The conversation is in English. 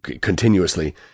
continuously